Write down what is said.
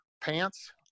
pants